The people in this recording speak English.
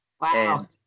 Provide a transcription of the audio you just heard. Wow